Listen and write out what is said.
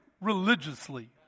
religiously